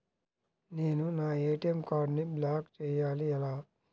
నేను నా ఏ.టీ.ఎం కార్డ్ను బ్లాక్ చేయాలి ఎలా?